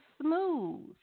smooth